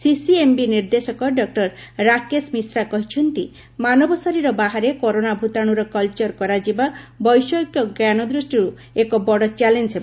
CCMB ନିର୍ଦ୍ଦେଶକ doctor Rakesh Mishra କହିଛନ୍ତି ମାନବ ଶରୀର ବାହାରେ କରୋନା ଭ୍ତାଣୁର କଲ୍ଚର କରାଯିବା ବୈଷୟିକ ଜ୍ଞାନ ଦୂଷ୍ଟିରୁ ଏକ ବଡ଼ ଚ୍ୟାଲେଞ୍ଜ ହେବ